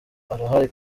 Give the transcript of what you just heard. arahari